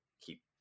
keep